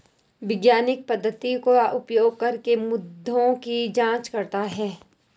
वैज्ञानिक पद्धति का उपयोग करके मुद्दों की जांच करता है